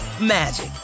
magic